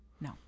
no